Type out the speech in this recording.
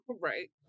Right